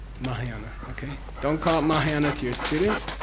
mahayana, okay? don't call it mahayana to your students,